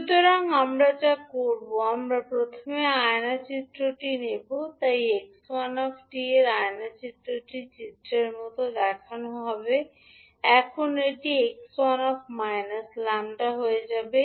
সুতরাং আমরা যা করব আমরা প্রথমে আয়না চিত্রটি নেব তাই 𝑥1 𝑡 এর আয়না চিত্র টি চিত্রের মতো দেখানো হবে এখন এটি 𝑥1 −𝜆 হয়ে যাবে